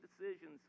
decisions